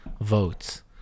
votes